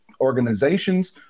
organizations